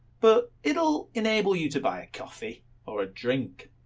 but it'll enable you to buy a coffee or a drink.